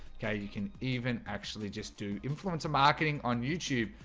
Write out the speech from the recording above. okay, you can even actually just do influencer marketing on youtube,